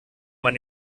man